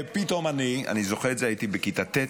ופתאום אני, אני זוכר את זה, הייתי בכיתה ט'